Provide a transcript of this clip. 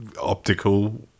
optical